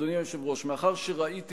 אדוני היושב-ראש, מאחר שראיתי